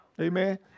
Amen